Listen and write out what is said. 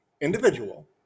individual